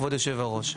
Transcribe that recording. כבוד היושב-ראש.